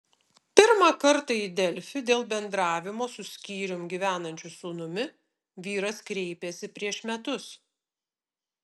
pirmą kartą į delfi dėl bendravimo su skyrium gyvenančiu sūnumi vyras kreipėsi prieš metus